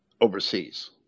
overseas